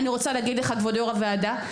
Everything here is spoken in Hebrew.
כבוד יושב-ראש הוועדה,